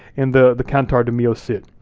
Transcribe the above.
in the the cantar de mio cid.